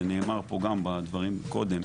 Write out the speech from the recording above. זה נאמר פה גם בדברים קודם,